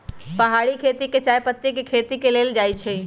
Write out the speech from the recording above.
पहारि खेती में चायपत्ती के खेती कएल जाइ छै